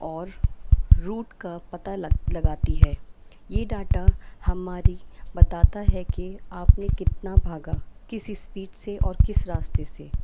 اور روٹ کا پتہ لگ لگاتی ہے یہ ڈاٹا ہماری بتاتا ہے کہ آپ نے کتنا بھاگا کس اسپیڈ سے اور کس راستے سے